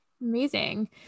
Amazing